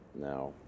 now